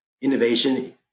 innovation